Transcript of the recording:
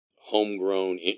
homegrown